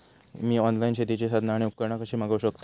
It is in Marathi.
मी ऑनलाईन शेतीची साधना आणि उपकरणा कशी मागव शकतय?